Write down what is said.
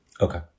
Okay